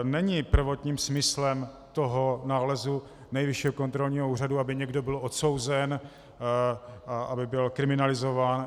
Není prvotním smyslem nálezu Nejvyššího kontrolního úřadu, aby někdo byl odsouzen, aby byl kriminalizován.